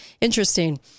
interesting